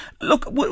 Look